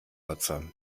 nutzer